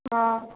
हँ